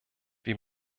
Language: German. wir